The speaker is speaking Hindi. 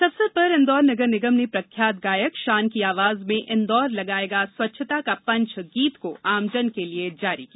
इस अवसर पर इंदौर नगर निगम ने प्रख्यात गायक शान की आवाज में इन्दौर लगायेगा स्वच्छता का पंच गीत को आमजन के लिए जारी किया